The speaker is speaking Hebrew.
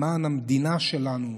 למען המדינה שלנו.